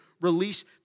release